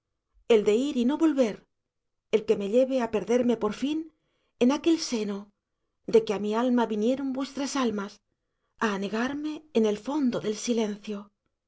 el de ir y no volver el que me lleve á perderme por fin en aquel seno de que á mi alma vinieron vuestras almas á anegarme en el fondo del silencio